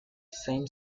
same